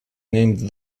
named